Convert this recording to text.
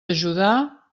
ajudar